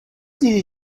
did